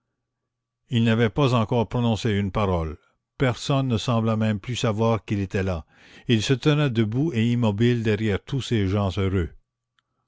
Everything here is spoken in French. il n'avait pas encore prononcé une parole personne ne semblait même plus savoir qu'il était là et il se tenait debout et immobile derrière tous ces gens heureux